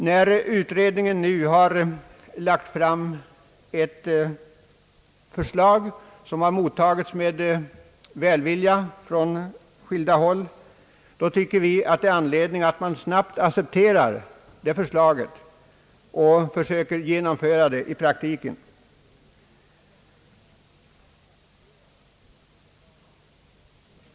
När utredningen nu har lagt fram ett förslag, som har mottagits med välvilja på skilda håll, tycker vi att det finns anledning att snabbt acceptera detta förslag och försöka genomföra det i praktiken.